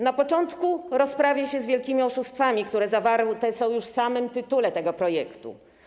Na początku rozprawię się z wielkimi oszustwami, które zawarte są już w samym tytule tego projektu.